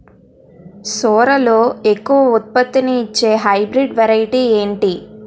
సోరలో ఎక్కువ ఉత్పత్తిని ఇచే హైబ్రిడ్ వెరైటీ ఏంటి?